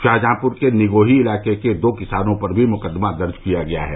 शाहजहांपुर के निगोही इलाके के दो किसानों पर भी मुकदमा दर्ज किया गया है